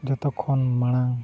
ᱡᱚᱛᱚ ᱠᱷᱚᱱ ᱢᱟᱲᱟᱝ